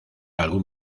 algún